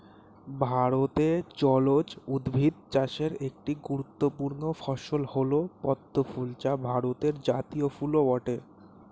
ভারতে জলজ উদ্ভিদ চাষের একটি গুরুত্বপূর্ণ ফসল হল পদ্ম ফুল যা ভারতের জাতীয় ফুলও বটে